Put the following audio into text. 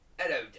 Hello